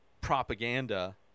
propaganda